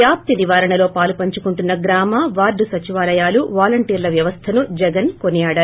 వ్యాప్తి నివారణలో పాలుపంచుకుంటున్న గ్రామవార్గు సచివాలయాలు వాలంటీర్ల వ్యవస్థను జగన్ కొనియాడారు